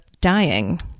dying